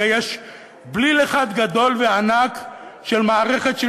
הרי יש בליל אחד גדול וענק של מערכת של